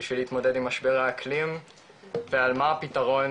בשביל להתמודד עם משבר האקלים ועל מה הפתרון